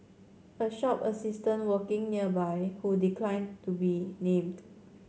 a shop assistant working nearby who declined to be named